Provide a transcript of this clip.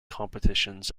competitions